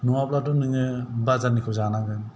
नङाब्लाथ' नोङो बाजारनिखौ जानांगोन